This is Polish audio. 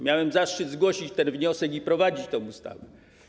Miałem zaszczyt zgłosić ten wniosek i prowadzić tę ustawę.